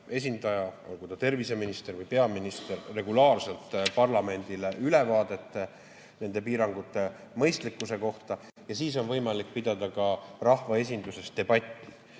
esindaja, olgu ta terviseminister või peaminister, regulaarselt parlamendile ülevaadet, nende piirangute mõistlikkuse kohta, ja siis on võimalik pidada ka rahvaesinduses debatti.